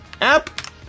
app